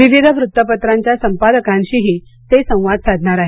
विविध वृत्तपत्रांच्या संपादकांशीही ते संवाद साधणार आहेत